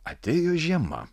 atėjo žiema